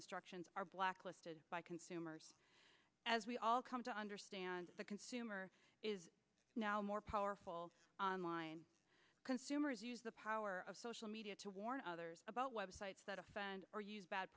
instructions are blacklisted by consumers as we all come to understand the consumer is now more powerful on line consumers use the power of social media to warn others about websites that offend or use bad